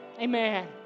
amen